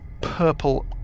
purple